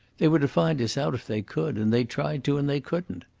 they were to find us out if they could, and they tried to and they couldn't.